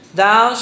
thou